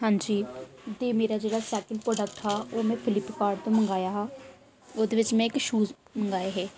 हां जी ते मेरा जेह्ड़ा सेकंड प्रोडक्ट हा ओह् मै मै फ्लिपकार्ट तो मंगाया हा ओह्दे बिच्च मै शूज़ इक मंगाए हे